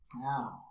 Now